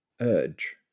urge